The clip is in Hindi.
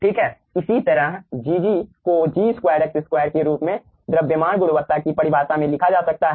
ठीक हैइसी तरह Gg को G2 x2 के रूप में द्रव्यमान गुणवत्ता की परिभाषा से लिखा जा सकता है